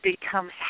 becomes